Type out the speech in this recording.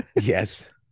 Yes